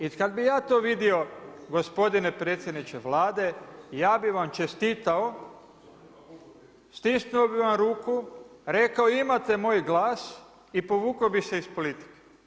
I kada bih jato vidio gospodine predsjedniče Vlade ja bih vam čestitao, stisnuo bi vam ruku, rekao imate moj glas i povukao bi se iz politike.